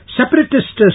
separatist